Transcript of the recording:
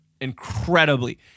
incredibly